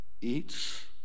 eats